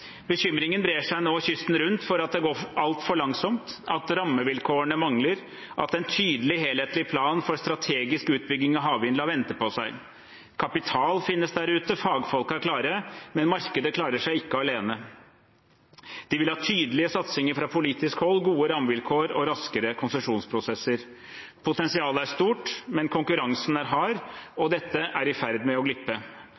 Bekymringen brer seg nå kysten rundt for at det går altfor langsomt, at rammevilkårene mangler, at en tydelig, helhetlig plan for strategisk utbygging av havvind lar vente på seg. Kapital finnes der ute, fagfolk er klare, men markedet klarer seg ikke alene. De vil ha tydelige satsinger fra politisk hold, gode rammevilkår og raskere konsesjonsprosesser. Potensialet er stort, men konkurransen er hard,